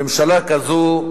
ממשלה כזו,